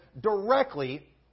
directly